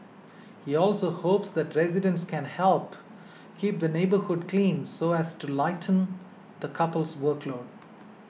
he also hopes that residents can help keep the neighbourhood clean so as to lighten the couple's workload